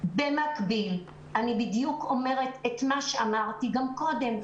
במקביל אני בדיוק אומרת את מה שאמרתי גם קודם,